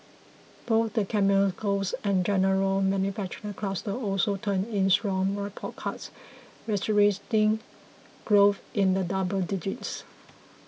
both the chemicals and general manufacturing clusters also turned in strong report cards registering growth in the double digits